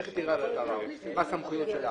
איך תהיה ועדת הערר, מה הסמכויות שלה